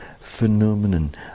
phenomenon